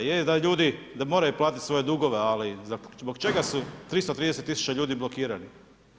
Jest da ljudi, da moraju platiti svoje dugove, ali zbog čega su 330 tisuća ljudi blokiranih?